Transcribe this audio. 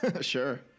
Sure